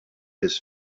his